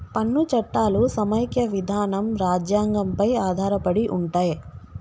పన్ను చట్టాలు సమైక్య విధానం రాజ్యాంగం పై ఆధారపడి ఉంటయ్